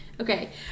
Okay